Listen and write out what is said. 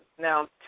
now